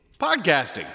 Podcasting